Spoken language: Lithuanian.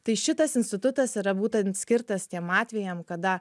tai šitas institutas yra būtent skirtas tiem atvejam kada